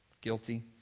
guilty